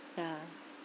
ya